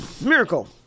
miracle